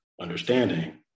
understanding